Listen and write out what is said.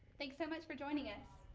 thanks so much for joining us.